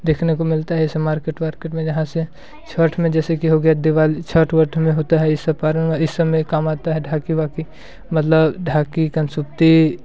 देखने को मिलता है ये सब मार्केट वार्केट में जहाँ से छत्त में जैसे कि हो गया दिवाली छत्त वत्त में होता है ये सब परव में ये सब में काम आता है ढाकी वाकी मतलब ढाकी कनसुत्ती